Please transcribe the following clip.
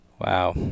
Wow